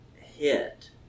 hit